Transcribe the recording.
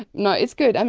no, it's good,